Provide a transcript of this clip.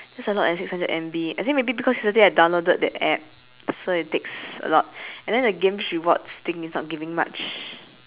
that's a lot eh six hundred M_B I think maybe because yesterday I downloaded the app so it takes a lot and then the games rewards thing is not giving much